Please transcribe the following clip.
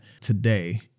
today